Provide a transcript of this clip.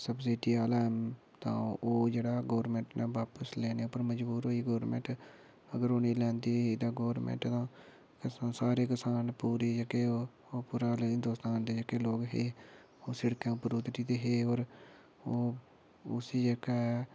subsidy आह्ला तां ओह् जेह्ड़ा गौरमेंट ने बापस लैने उप्पर मजबूर होई गेई गौरमेंट अगर ओह् नेईं लैंदी तां गौरमेंट दा सारे किसान पूरे जेह्के ओह् पूरे हिंदोस्तान दे जेह्ड़े लोक हे ओह् शिड़के उप्पर उतरी दे हे होर ओह् उसी जेह्का ऐ